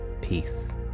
peace